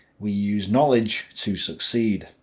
we use knowledge to succeed.